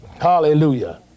Hallelujah